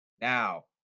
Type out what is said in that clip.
Now